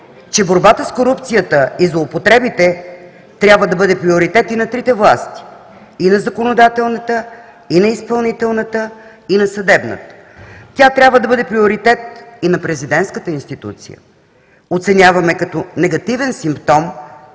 че борбата с корупцията и злоупотребите трябва да бъдат приоритет и на трите власти – и на законодателната, и на изпълнителната, и на съдебната. Тя трябва да бъде приоритет и на президентската институция. Оценяваме като негативен симптом,